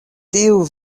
tiu